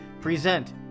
present